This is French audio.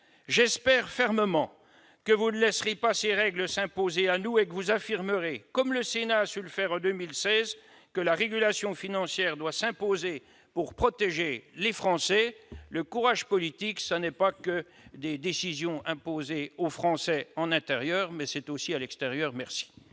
J'espère fermement que vous ne laisserez pas ces règles s'imposer à nous et que vous affirmerez, comme le Sénat a su le faire en 2016, que la régulation financière doit s'imposer pour protéger les Français. Le courage politique, ce n'est pas que des décisions imposées aux Français en politique intérieure ; c'est aussi à l'extérieur !